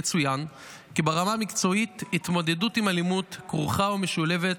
יצוין כי ברמה המקצועית התמודדות עם אלימות כרוכה ומשלבת